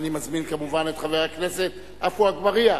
אני מזמין כמובן את חבר הכנסת עפו אגבאריה,